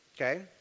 Okay